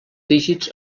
dígits